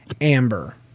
Amber